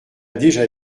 déjà